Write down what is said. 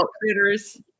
critters